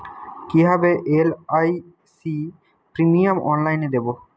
কিভাবে LIC premium অনলাইনে দেবো?